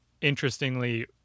interestingly